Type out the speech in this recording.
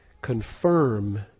confirm